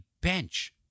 bench